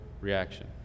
reaction